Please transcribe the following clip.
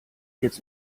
jetzt